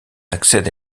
accède